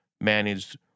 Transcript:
managed